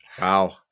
Wow